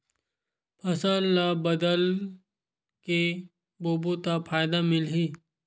फसल ल बदल के बोबो त फ़ायदा मिलही?